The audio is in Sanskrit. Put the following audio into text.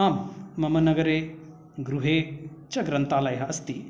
आं मम नगरे गृहे च ग्रन्थालयः अस्ति